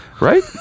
right